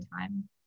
time